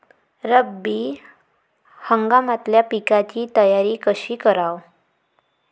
रब्बी हंगामातल्या पिकाइची तयारी कशी कराव?